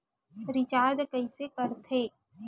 Recharge कइसे कर थे?